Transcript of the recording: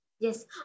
Yes